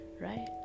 right